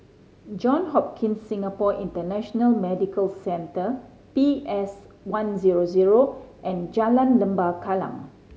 John Hopkins Singapore International Medical Centre P S One zero zero and Jalan Lembah Kallang